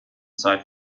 zeit